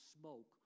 smoke